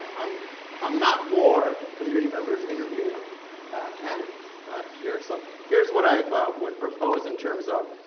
um i'm not for community members interviewing candidates here, so here's what i would propose, in terms of